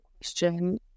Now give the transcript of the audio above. question